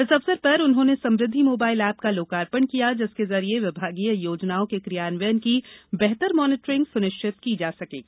इस अवसर पर उन्होंने समृद्धि मोबाइल एप का लोकार्पण किया जिसके जरिए विभागीय योजनाओं के क्रियान्वयन की बेहतर मॉनीटरिंग सुनिश्चित की जा सकेगी